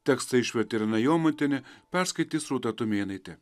tekstą išvertė irena jomantienė perskaitys rūta tumėnaitė